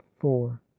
Four